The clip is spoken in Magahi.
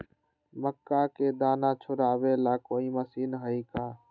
मक्का के दाना छुराबे ला कोई मशीन हई का?